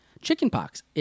chickenpox